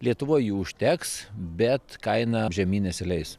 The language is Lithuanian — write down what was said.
lietuvoj jų užteks bet kaina žemyn nesileis